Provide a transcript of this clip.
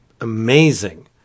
amazing